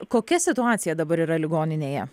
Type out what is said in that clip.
kokia situacija dabar yra ligoninėje